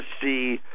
see